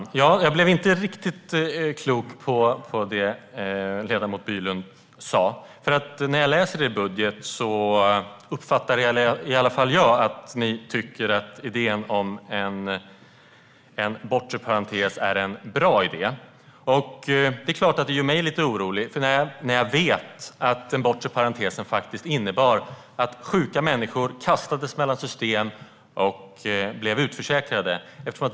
Herr talman! Jag blev inte riktigt klok på det ledamot Bylund sa. När jag läser i er budget uppfattar jag att ni tycker att idén om en bortre parentes är bra. Det är klart att det gör mig lite orolig. Jag vet nämligen att den bortre parentesen innebar att sjuka människor kastades mellan system och blev utförsäkrade.